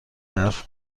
برف